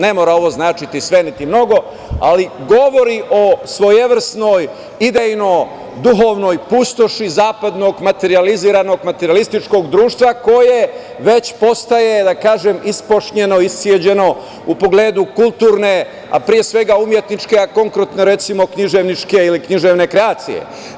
Ne mora ovo značiti sve, niti mnogo, ali govori o svojevrsnoj idejno duhovnoj pustoši zapadnog materijaliziranog, materijalističkog društva koje već postaje, da kažem, ispošćeno, isceđeno, u pogledu kulturne, a pre svega umetničke, a konkretno recimo književničke, ili književne kreacije.